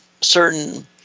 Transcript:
certain